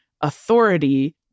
authority